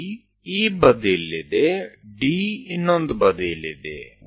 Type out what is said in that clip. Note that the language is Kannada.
C ಈ ಬದಿಯಲ್ಲಿದೆ D ಇನ್ನೊಂದು ಬದಿಯಲ್ಲಿದೆ